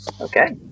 Okay